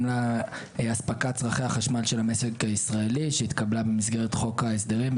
לה אספקת צרכי החשמל של המשק הישראלי שהתקבלה במסגרת חוק ההסדרים,